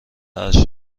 عرشه